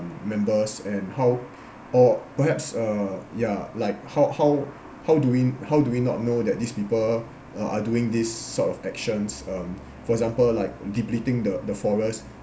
members and how or perhaps uh ya like how how how do we how do we not know that these people uh are doing these sort of actions um for example like depleting the the forest